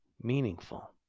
Meaningful